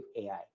AI